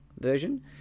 version